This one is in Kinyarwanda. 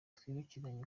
twibukiranye